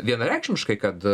vienareikšmiškai kad